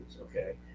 okay